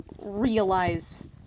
realize